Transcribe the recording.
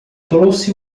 trouxe